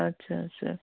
اَچھا اَچھا